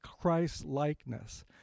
Christ-likeness